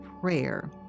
prayer